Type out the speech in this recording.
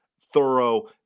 thorough